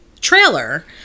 trailer